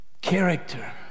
character